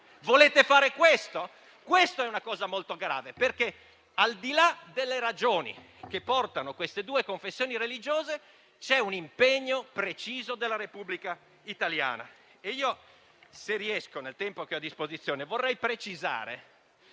Volete fare questo? Questa è una cosa molto grave. Al di là delle ragioni portate da queste due confessioni religiose, c'è un impegno preciso della Repubblica italiana. Se riesco, nel tempo che ho a disposizione vorrei precisare